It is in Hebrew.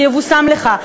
שיבושם לך.